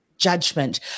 judgment